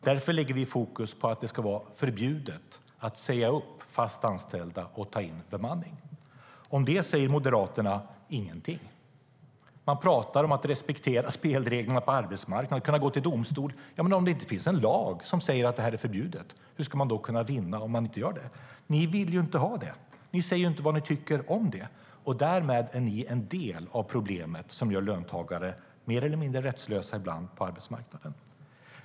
Därför lägger vi fokus på att det ska vara förbjudet att säga upp fast anställda och anlita bemanningsföretag. Om det säger ni i Moderaterna ingenting. Ni pratar om att respektera spelreglerna på arbetsmarknaden och om att man kan gå till domstol. Men om det inte finns en lag som säger att detta är förbjudet, hur ska man då kunna vinna i domstolen? Ni vill inte ha en sådan lag. Ni säger inte vad ni tycker om detta. Därmed är ni en del av problemet, som ibland gör löntagare mer eller mindre rättslösa på arbetsmarknaden.